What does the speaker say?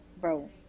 bro